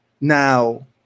now